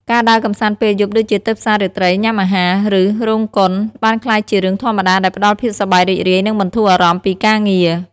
ការដើរកម្សាន្តពេលយប់ដូចជាទៅផ្សាររាត្រី ញ៉ាំអាហារ ឬរោងកុន បានក្លាយជារឿងធម្មតាដែលផ្តល់ភាពសប្បាយរីករាយ និងបន្ធូរអារម្មណ៍ពីការងារ។